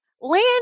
land